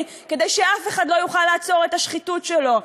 כדי שאף אחד לא יוכל לעצור את השחיתות שלו.